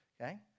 Okay